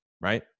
right